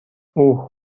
اوه